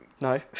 No